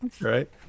right